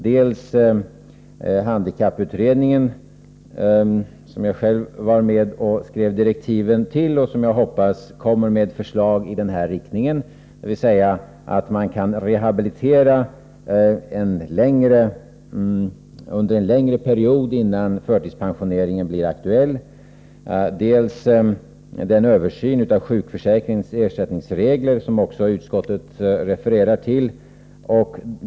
Det är dels handikapputredningen, som jag själv var med och skrev direktiven till och som jag hoppas kommer med ett förslag i den riktningen, dvs. att man skall rehabilitera under en längre period innan förtidspensionering blir aktuell, dels den översyn av sjukförsäkringens ersättningsregler som också utskottet refererar till.